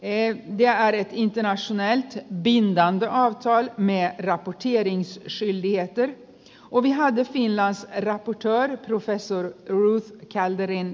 ei jää ja isomäen bindande auttoi miehiä det handlar inte bara om utländska offer men dessa är naturligtvis särskilt utsatta